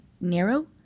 narrow